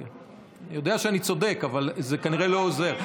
אני יודע שאני צודק אבל זה כנראה לא עוזר.